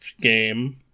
game